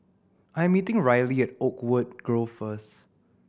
I'm meeting Rylee at Oakwood Grove first